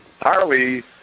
Harley